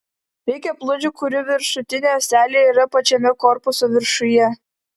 reikia plūdžių kurių viršutinė ąselė yra pačiame korpuso viršuje